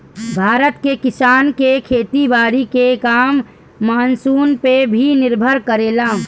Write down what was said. भारत के किसान के खेती बारी के काम मानसून पे ही निर्भर करेला